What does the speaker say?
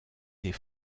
des